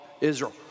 Israel